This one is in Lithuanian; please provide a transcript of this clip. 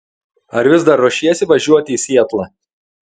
ar vis dar ruošiesi važiuoti į sietlą